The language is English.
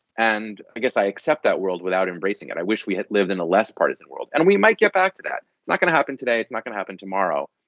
and i guess i accept that world without embracing it. i wish we had lived in a less partisan world and we might get back to that. it's not gonna happen today. it's not gonna happen tomorrow.